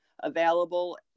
available